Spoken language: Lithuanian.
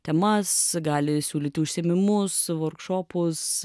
temas gali siūlyti užsiėmimus workshopus